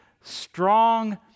strong